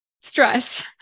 Stress